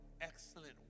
excellent